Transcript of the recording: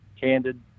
candid